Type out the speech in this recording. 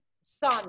sun